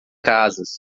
casas